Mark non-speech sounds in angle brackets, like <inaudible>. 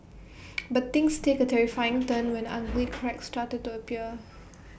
<noise> but things take A terrifying turn when ugly cracks started to appear